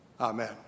amen